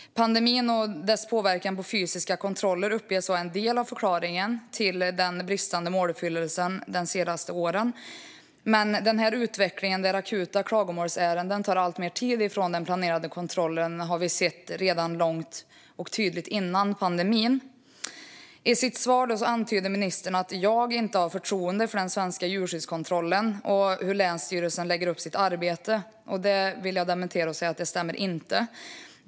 Pandemin och dess påverkan på fysiska kontroller uppges vara en del av förklaringen till den bristande måluppfyllelsen de senaste åren. Men denna utveckling, där akuta klagomålsärenden tar alltmer tid från den planerade kontrollen, har vi sett tydligt redan långt före pandemin. I sitt svar antyder ministern att jag inte har förtroende för den svenska djurskyddskontrollen och hur länsstyrelsen lägger upp sitt arbete. Det vill jag dementera och säga att det inte stämmer.